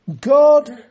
God